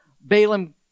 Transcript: Balaam